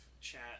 chat